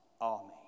army